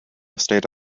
state